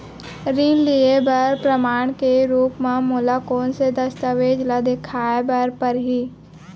ऋण लिहे बर प्रमाण के रूप मा मोला कोन से दस्तावेज ला देखाय बर परही?